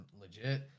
legit